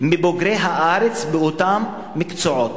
מבוגרי הארץ באותם מקצועות.